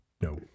no